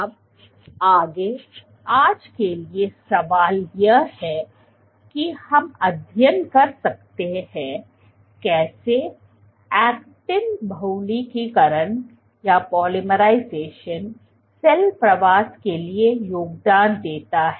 अब आगे आज के लिए सवाल यह है कि हम अध्ययन कर सकते है कैसे actin बहुलकीकरण सेल प्रवास के लिए योगदान देता है